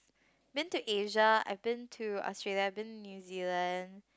been to Asia I've been to Australia I've been New Zealand